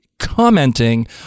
commenting